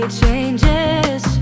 changes